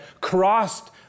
crossed